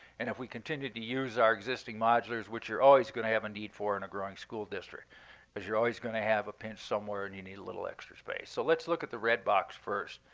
and if we continue to use our existing modulars, which you're always going to have a need for in and a growing school district because you're always going to have a pinch somewhere and you need a little extra space. so let's look at the red box first.